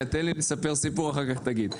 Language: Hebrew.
תן לי לספר סיפור ואחר כך תאמר את